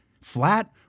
flat